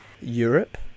europe